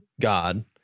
god